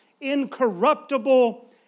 incorruptible